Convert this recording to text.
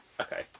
Okay